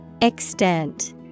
Extent